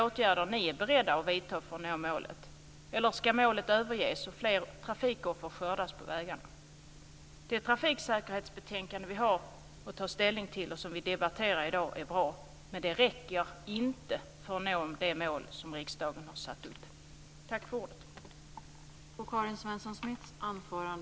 Därför tror jag också att nollvisionens sätt att se på trafiksäkerheten är rätt. Men alla insatser som görs måste sättas i relation till vad de får för effekt. Det är det som har varit problemet med Vägverkets trafiksäkerhetsarbete.